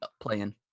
playing